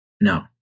No